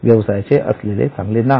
व्यवसायाचे असलेले चांगले नाव